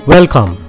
Welcome